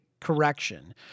correction